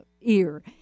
ear